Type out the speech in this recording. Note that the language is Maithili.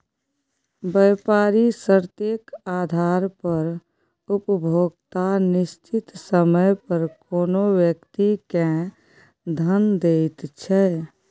बेपारिक शर्तेक आधार पर उपभोक्ता निश्चित समय पर कोनो व्यक्ति केँ धन दैत छै